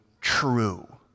true